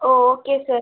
O okay sir